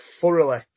thoroughly